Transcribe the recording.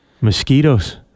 Mosquitoes